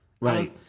right